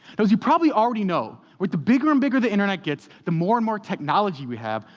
as you probably already know, with the bigger and bigger the internet gets, the more and more technology we have,